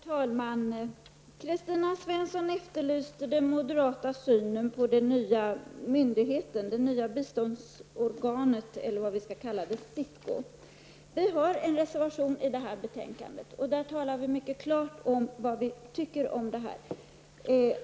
Herr talman! Kristina Svensson efterlyste den moderata synen på det nya biståndsorganet, eller vad vi skall kalla det. Vi har en reservation i betänkandet och där skriver vi nu klart om vad vi anser.